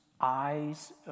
eyes